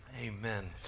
Amen